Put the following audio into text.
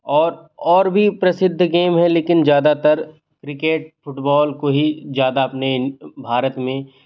और और भी प्रसिद्ध गेम हैं लेकिन ज़्यादातर क्रिकेट फुटबॉल को ही ज़्यादा अपने भारत में